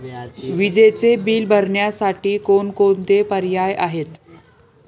विजेचे बिल भरण्यासाठी कोणकोणते पर्याय आहेत?